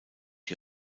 die